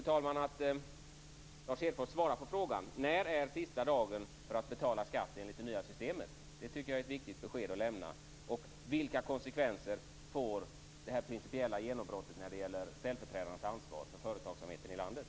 Jag vill att Lars Hedfors svarar på frågan: När är sista dagen att betala skatt enligt det nya systemet? Det tycker jag är ett viktigt besked att lämna. Dessutom undrar jag: Vilka konsekvenser för företagsamheten i landet får det här principiella genombrottet när det gäller ställföreträdarnas ansvar?